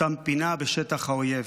שאותם פינה משטח האויב.